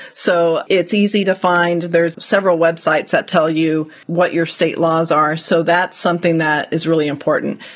so it's easy to find there's several websites that tell you what your state laws are. so that's something that is really important.